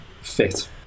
fit